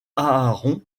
aaron